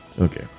Okay